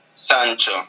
Sancho